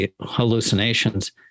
hallucinations